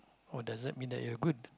or does that mean that you are good